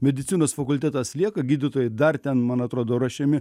medicinos fakultetas lieka gydytojai dar ten man atrodo ruošiami